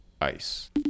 ICE